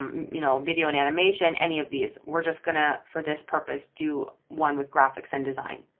um you know, video and animation, any of these, we're just gonna for this purpose do one with graphics and design.